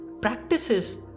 practices